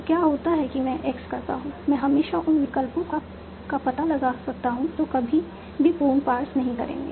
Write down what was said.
तो क्या होता है कि मैं x करता हूं मैं हमेशा उन विकल्पों का पता लगा सकता हूं जो कभी भी पूर्ण पार्स नहीं करेंगे